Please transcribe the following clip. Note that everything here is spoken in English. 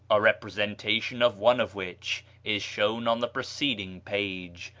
a representation of one of which is shown on the preceding page.